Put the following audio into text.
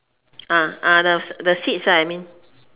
ah ah the the seats ah I mean